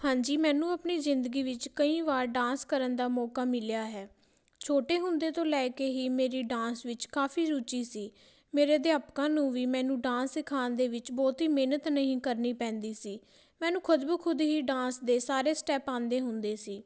ਹਾਂਜੀ ਮੈਨੂੰ ਆਪਣੀ ਜ਼ਿੰਦਗੀ ਵਿੱਚ ਕਈ ਵਾਰ ਡਾਂਸ ਕਰਨ ਦਾ ਮੌਕਾ ਮਿਲਿਆ ਹੈ ਛੋਟੇ ਹੁੰਦੇ ਤੋਂ ਲੈ ਕੇ ਹੀ ਮੇਰੀ ਡਾਂਸ ਵਿੱਚ ਕਾਫੀ ਰੁਚੀ ਸੀ ਮੇਰੇ ਅਧਿਆਪਕਾਂ ਨੂੰ ਵੀ ਮੈਨੂੰ ਡਾਂਸ ਸਿਖਾਉਣ ਦੇ ਵਿੱਚ ਬਹੁਤੀ ਮਿਹਨਤ ਨਹੀਂ ਕਰਨੀ ਪੈਂਦੀ ਸੀ ਮੈਨੂੰ ਖੁਦ ਬ ਖੁਦ ਹੀ ਡਾਂਸ ਦੇ ਸਾਰੇ ਸਟੈਪ ਆਉਂਦੇ ਹੁੰਦੇ ਸੀ